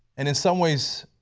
and in some ways